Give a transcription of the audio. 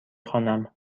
خوانم